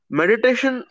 meditation